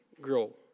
grow